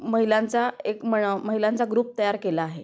महिलांचा एक म महिलांचा ग्रुप तयार केला आहे